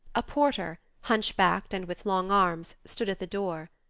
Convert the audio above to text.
a porter, hunchbacked and with long arms, stood at the door.